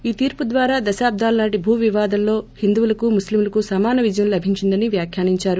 ఈ తీర్చు ద్వారా దశాబ్దాల నాటి భూ వివాదంలో హిందువులకు ముస్లిములకు సమాన విజయం లభించిందని వ్వాఖ్వానించారు